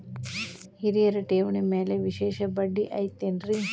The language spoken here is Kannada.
ಹಿರಿಯರ ಠೇವಣಿ ಮ್ಯಾಲೆ ವಿಶೇಷ ಬಡ್ಡಿ ಐತೇನ್ರಿ?